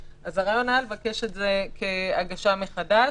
PDF. הרעיון היה לבקש את זה כהגשה מחדש.